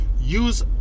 Use